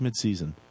midseason